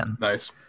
Nice